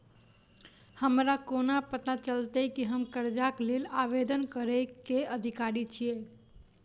हमरा कोना पता चलतै की हम करजाक लेल आवेदन करै केँ अधिकारी छियै?